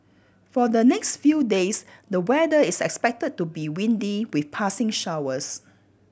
for the next few days the weather is expected to be windy with passing showers